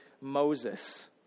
Moses